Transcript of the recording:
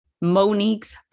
Monique's